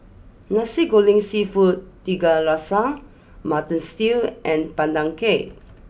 Nasi Goreng Seafood Tiga Rasa Mutton Stew and Pandan Cake